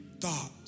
thought